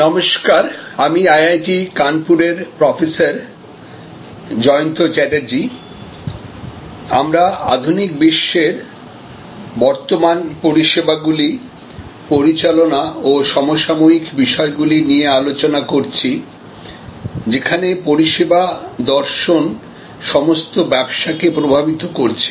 hello আমি IIT কানপুরের professor Jayanta Chatterjee আমরা আধুনিক বিশ্বের বর্তমান পরিষেবাগুলি পরিচালনা ও সমসাময়িক বিষয়গুলি নিয়ে আলোচনা করছি যেখানে পরিষেবা দর্শন সমস্ত ব্যবসাকে প্রভাবিত করছে